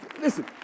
Listen